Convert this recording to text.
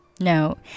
No